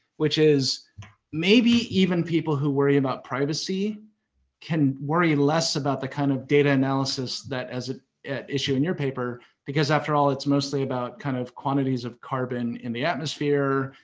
which is maybe even people who worry about privacy can worry less about the kind of data analysis that is an issue in your paper because, after all, it's mostly about kind of quantities of carbon in the atmosphere,